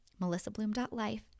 MelissaBloom.life